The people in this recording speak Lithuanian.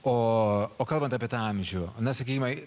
o o kalbant apie tą amžių na sakykim